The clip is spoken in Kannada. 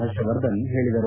ಹರ್ಷವರ್ಧನ್ ಹೇಳಿದರು